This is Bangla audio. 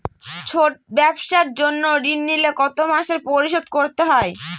ছোট ব্যবসার জন্য ঋণ নিলে কত মাসে পরিশোধ করতে হয়?